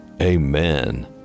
Amen